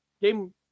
Game